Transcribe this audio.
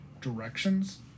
directions